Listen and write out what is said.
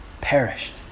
perished